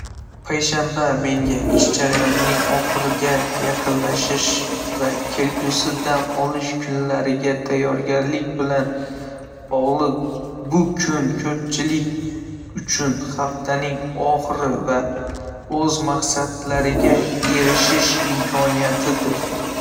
Payshanba menga ish jarayonining oxiriga yaqinlashish va kelgusi dam olish kunlariga tayyorgarlik bilan bog'liq. Bu kun ko'pchilik uchun haftaning oxiri va o'z maqsadlariga erishish imkoniyatidir.